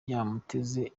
yamuteze